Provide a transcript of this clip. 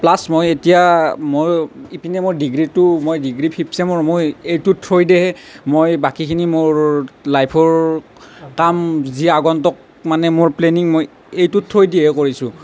plus মই এতিয়া মোৰ ইপিনে মই ডিগ্ৰীটো মই ডিগ্ৰী ফিফট ছেমৰ মই এইটোৰ থ্ৰ'ইদেহে মই বাকিখিনি মোৰ লাইফৰ কাম যি আগন্তুক মানে মোৰ প্লেনিং মই এইটোৰ থ্ৰ'ইদিহে কৰিছোঁ